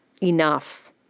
enough